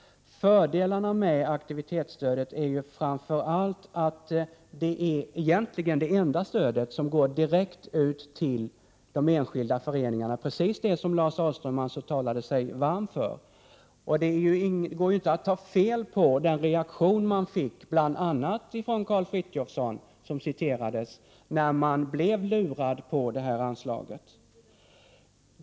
Aktivitetsstödet är egentligen det enda stöd som går direkt ut till de enskilda föreningarna, dvs. precis det som Lars Ahlström talade sig varm för. Det gick inte att ta fel på reaktionerna, bl.a. från Karl Frithiofson, som citerades, när idrotten blev lurad på anslagshöjningen.